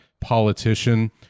politician